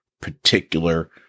particular